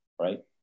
right